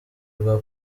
rwa